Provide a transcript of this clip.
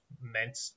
meant